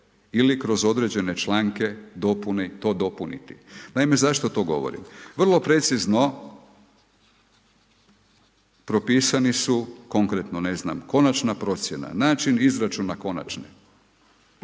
ili kroz određene članke, dopune i to dopuniti. Naime, zašto to govorim? Vrlo precizno propisani su konkretni, ne znam konačna procjena, način izračuna konačne.